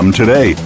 today